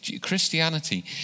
Christianity